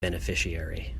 beneficiary